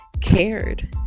cared